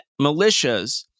militias